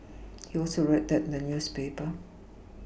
he also read that in the newspaper